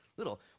Little